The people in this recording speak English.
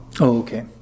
okay